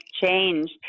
change